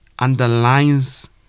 Underlines